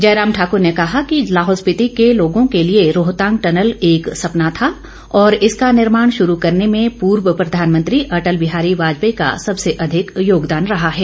जयराम ठाकुर ने कहा कि लाहौल स्पीति के लोगों के लिए रोहतांग टनल एक सपना था और इसका निर्माण शुरू करने में पूर्व प्रधानमंत्री अटल बिहारी वाजपेयी का सबसे अधिक योगदान रहा है